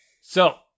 So-